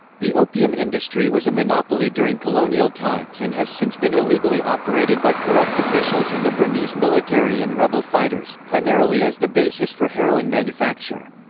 the opium industry was a monopoly during colonial times and has since been illegally operated by corrupt officials in the burmese military and rebel fighters, primarily as the basis for heroin manufacture.